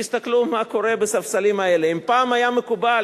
תסתכלו מה קורה בספסלים האלה: אם פעם היה מקובל,